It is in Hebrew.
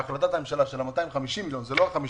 החלטת הממשלה של 250 מיליון זה לא ה-50,